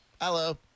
Hello